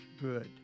good